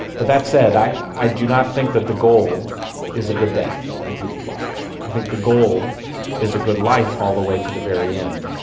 but that said, i do not think that the goal is a good death in people's lives. i think the goal is a good life all the way to the very end.